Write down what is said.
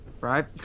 right